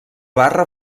barra